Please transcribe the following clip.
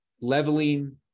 leveling